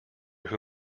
who